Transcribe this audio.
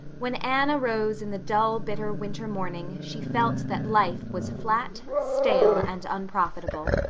when anne arose in the dull, bitter winter morning she felt that life was flat, stale, and unprofitable.